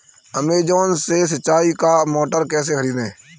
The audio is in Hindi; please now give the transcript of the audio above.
अमेजॉन से सिंचाई का मोटर कैसे खरीदें?